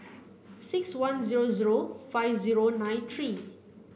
six one zero zero five zero nine three